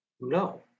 No